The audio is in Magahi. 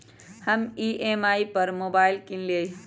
हम ई.एम.आई पर मोबाइल किनलियइ ह